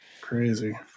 Crazy